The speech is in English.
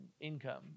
income